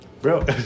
bro